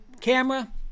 camera